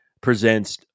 presents